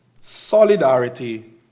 solidarity